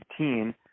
2018